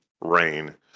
rain